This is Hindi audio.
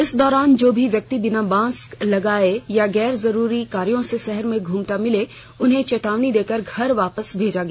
इस दौरान जो भी व्यक्ति बिना मास्क लगाए या गैरजरूरी कार्यो से शहर में घूमते मिले उन्हें चेतावनी देकर घर वापस भेजा गया